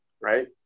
Right